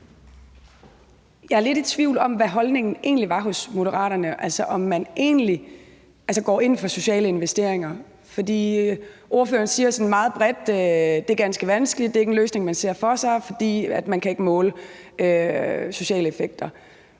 Jeg er lidt i tvivl om, hvad holdningen egentlig var hos Moderaterne, altså om man egentlig går ind for social effekt-investeringer. For ordføreren siger sådan meget bredt, at det er ganske vanskeligt, og at det ikke er en løsning, de ser for sig, fordi man ikke kan måle sociale effekter.